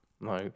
no